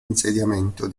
insediamento